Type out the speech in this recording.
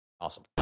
Awesome